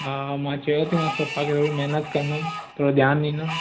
हा मां चयो थी मांसि पपा खे महिनत कंदुमि थोरी ध्यानु ॾींदुमि